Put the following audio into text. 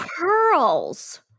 pearls